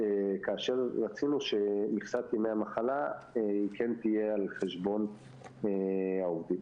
כאשר רצינו שמכסת ימי המחלה כן תהיה על חשבון העובדים.